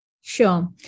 Sure